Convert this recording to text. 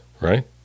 right